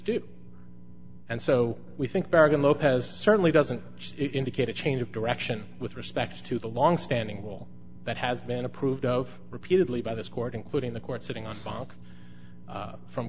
statutes and so we think barragan lopez certainly doesn't indicate a change of direction with respect to the long standing rule that has been approved of repeatedly by this court including the court sitting on from